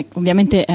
ovviamente